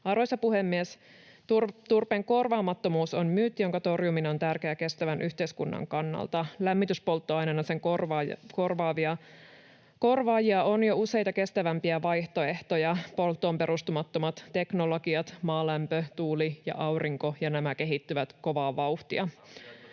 Arvoisa puhemies! Turpeen korvaamattomuus on myytti, jonka torjuminen on tärkeää kestävän yhteiskunnan kannalta. Lämmityspolttoaineena sen korvaajaksi on jo useita kestävämpiä vaihtoehtoja: polttoon perustumattomat teknologiat — maalämpö, tuuli ja aurinko —, ja nämä kehittyvät kovaa vauhtia.